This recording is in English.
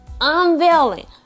unveiling